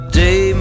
day